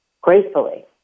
gracefully